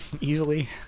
easily